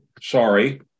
sorry